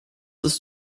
ist